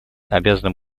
обязана